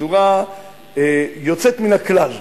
בצורה יוצאת מן הכלל,